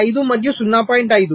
5 మరియు 0